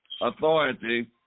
authority